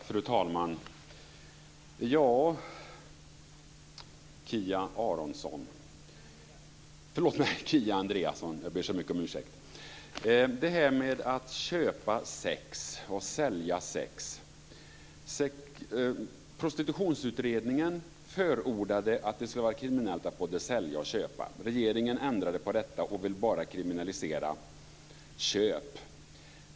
Fru talman! Kia Andreasson! Vi diskuterar nu det här med att köpa och sälja sex. Prostitutionsutredningen förordade att det skulle vara kriminellt både att sälja och att köpa. Regeringen ändrade på detta och vill bara kriminalisera köp.